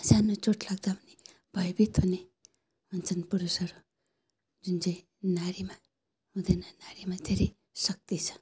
सानो चोट लाग्दा पनि भयभीत हुने हुन्छन् पुरुषहरू जुन चाहिँ नारीमा हुँदैन नारीमा धेरै शक्ति छ